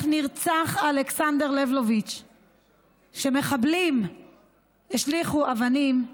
נרצח אלכסנדר לבלוביץ כשמחבלים השליכו אבנים,